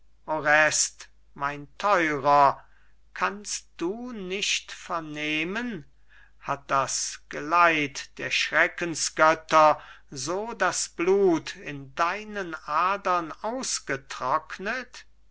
mein theurer kannst du nicht vernehmen hat das geleit der schreckensgötter so das blut in deinen adern aufgetrocknet